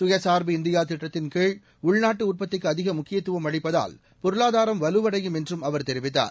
சுயசார்பு இந்தியா திட்டத்தின்கீழ் உள்நாட்டு உற்பத்திக்கு அதிக முக்கியத்துவம் அளிப்பதால் பொருளாதாரம் வலுவடையும் என்றும் அவர் தெரிவித்தார்